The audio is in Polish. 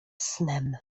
snem